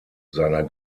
seiner